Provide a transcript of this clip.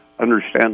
Understand